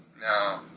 No